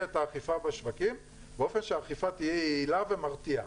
את האכיפה בשווקים באופן שהאכיפה תהיה יעילה ומרתיעה.